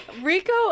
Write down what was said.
Rico